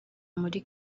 muri